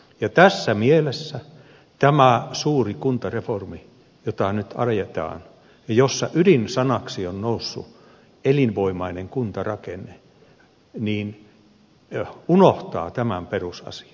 ja tässä mielessä tämä suuri kuntareformi jota nyt ajetaan ja jossa ydinsanaksi on noussut elinvoimainen kuntarakenne unohtaa tämän perusasian